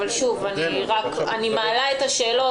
אבל שוב, אני מעלה את השאלות.